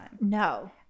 No